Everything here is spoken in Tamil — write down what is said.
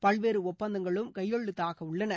பல்வேறு ஒப்பந்தங்களும் கையெழுத்தாக உள்ளன